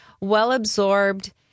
well-absorbed